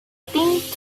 think